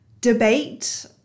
debate